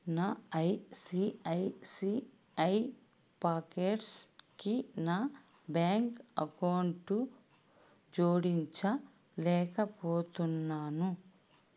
నా ఐసిఐసిఐ పాకెట్స్కి నా బ్యాంక్ అకౌంటు జోడించ లేకపోతున్నాను